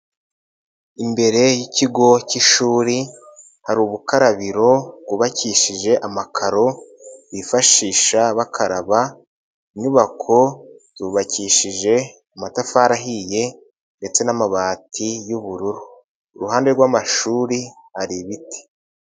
Imbere y'ikigo cy'ishuri hari ubukarabiro bwubakishije amakaro bifashisha bakaraba, inyubako zubakishije amatafari ahiye ndetse n'amabati y'ubururu, iruhande rw'amashuri hari ibiti.